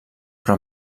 però